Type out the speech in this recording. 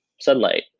Sunlight